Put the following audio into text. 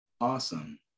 awesome